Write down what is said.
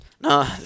No